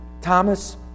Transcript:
Thomas